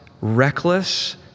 reckless